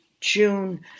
June